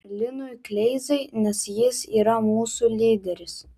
linui kleizai nes jis yra mūsų lyderis